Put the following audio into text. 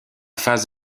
phase